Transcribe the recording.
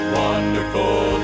wonderful